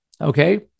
Okay